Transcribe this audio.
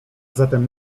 zatem